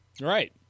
Right